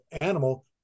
animal